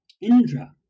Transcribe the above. Indra